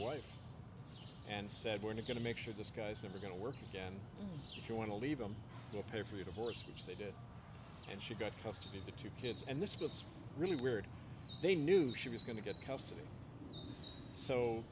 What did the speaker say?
wife and said we're going to make sure this guy's never going to work again if you want to leave them to pay for the divorce which they did and she got custody of the two kids and this was really weird they knew she was going to get